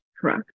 Correct